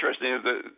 interesting